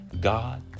God